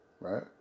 right